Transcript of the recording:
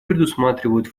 предусматривают